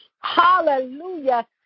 Hallelujah